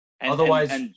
Otherwise